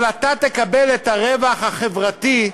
אבל אתה תקבל את הרווח החברתי,